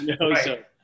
Right